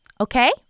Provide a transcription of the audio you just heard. Okay